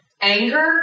Anger